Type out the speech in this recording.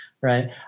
Right